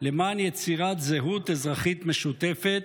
למען יצירת זהות אזרחית משותפת.